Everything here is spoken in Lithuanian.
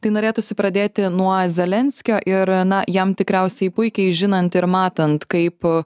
tai norėtųsi pradėti nuo zelenskio ir na jam tikriausiai puikiai žinant ir matant kaip